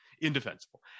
indefensible